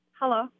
hello